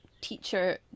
teacher